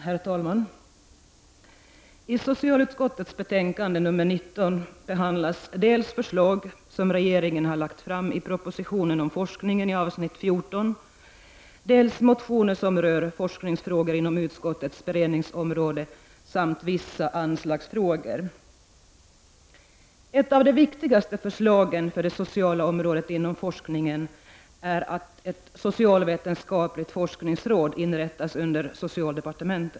Herr talman! I socialutskottets betänkande nr 19 behandlas dels förslag som regeringen lagt fram i propositionen om forskning i avsnitt 14, dels mo tioner som rör forskningsfrågor inom utskottets beredningsområde samt vissa anslagsfrågor. Ett av de viktigaste förslagen för det sociala området inom forskningen är att ett socialvetenskapligt forskningsråd inrättas under socialdepartementet.